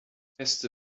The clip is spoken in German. feste